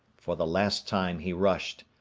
for the last time he rushed.